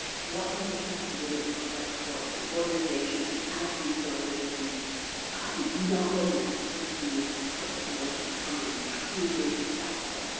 what does accessibility look like for an organization that has resources and the knowledge and expertise to put towards becoming truly accessible?